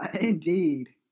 Indeed